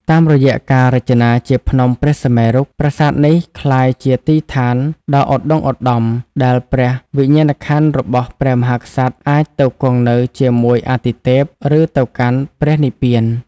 តាមរយៈការរចនាជាភ្នំព្រះសុមេរុ ប្រាសាទនេះក្លាយជាទីឋានដ៏ឧត្ដុង្គឧត្ដម ដែលព្រះវិញ្ញាណក្ខន្ធរបស់ព្រះមហាក្សត្រអាចទៅគង់នៅជាមួយអាទិទេព ឬទៅកាន់ព្រះនិព្វាន។